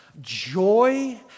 joy